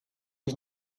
ich